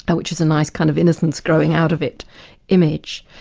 but which is a nice kind of innocence growing out of it image.